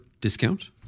discount